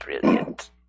brilliant